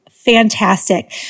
Fantastic